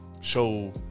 show